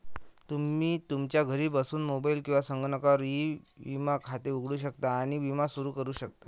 तुम्ही तुमच्या घरी बसून मोबाईल किंवा संगणकावर ई विमा खाते उघडू शकता आणि विमा सुरू करू शकता